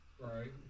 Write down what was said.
right